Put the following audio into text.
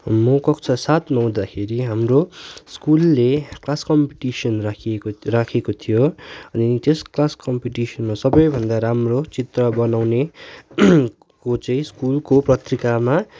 मो कक्षा सातमा हुँदाखेरि हाम्रो स्कुलले थियो कम्पिटिसन राखिएको राखेको थियो त्यो क्लास कम्पिटिसनमा सबैभन्दा राम्रो चित्र बनाउने को चाहिँ स्कुलको पत्रिकामा